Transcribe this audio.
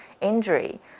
injury